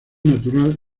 natural